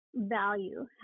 value